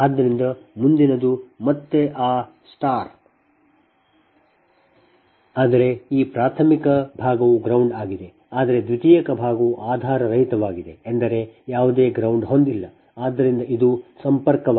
ಆದ್ದರಿಂದ ಮುಂದಿನದು ಮತ್ತೆ ಆ ಸ್ಟಾರ್ ಆದರೆ ಈ ಪ್ರಾಥಮಿಕ ಭಾಗವು ground ಆಗಿದೆ ಆದರೆ ದ್ವಿತೀಯಕ ಭಾಗವು ಆಧಾರರಹಿತವಾಗಿದೆ ಎಂದರೆ ಯಾವುದೇ ground ಹೊಂದಿಲ್ಲ ಆದ್ದರಿಂದ ಇದು ಸಂಪರ್ಕವಾಗಿದೆ